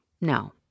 No